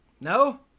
No